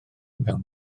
mewn